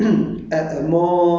um how should I call it